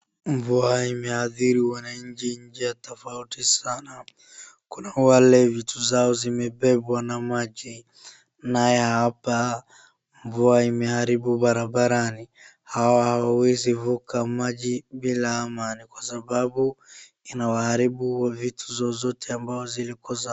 Mvua imeadhiri wananchi njia tofauti sana. Kuna wale vitu zao zimebebwa na maji, naye hapa mvua imeharibu barabarani. Hawa hawawezi vuka maji bila amani kwa sababu inawaharibu vitu zozote ambayo zilikuwa za..